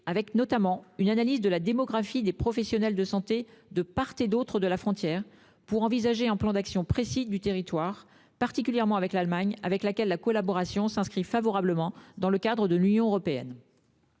faudra notamment faire une analyse de la démographie des professionnels de santé de part et d'autre de la frontière, afin d'envisager un plan d'actions précis du territoire, particulièrement avec l'Allemagne, État avec lequel la collaboration se déroule favorablement dans le cadre de l'Union européenne.